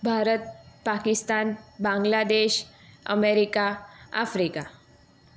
Bharat Pakistan Bangladesh America Africa